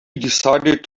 decided